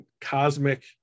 cosmic